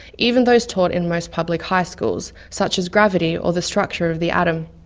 even those taught in most public high schools, such as gravity or the structure of the atom.